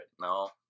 no